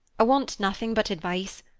i want nothing but advice,